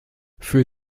für